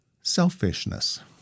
selfishness